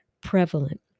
prevalent